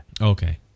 Okay